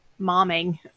momming